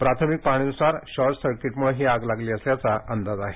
प्राथमिक पाहणीनुसार शॉर्टसर्किटमुळे ही आग लागली असल्याचा अंदाज आहे